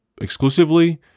exclusively